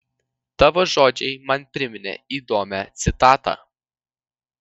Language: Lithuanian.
tavo žodžiai man priminė įdomią citatą